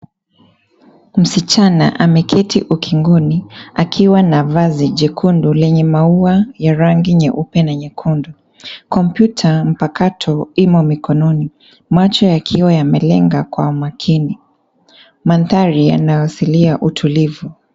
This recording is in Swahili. Msichana ameketi ukingoni ,akiwa na viazi jekundu lenye maua ya rangi nyeupe na nyekundu. Kompyuta mpakato imo mikononi. Macho yakiwa yamelenga kwa umakini, mandhari yanayoashiria utulivu.